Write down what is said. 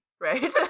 right